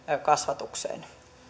kasvatukseen